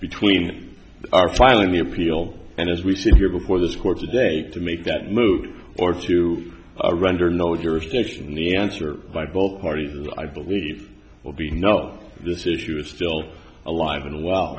between our filing the appeal and as we sit here before this court today to make that move or to render no jurisdiction the answer by both parties i believe will be no this issue is still alive and well